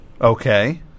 Okay